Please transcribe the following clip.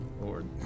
Lord